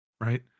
Right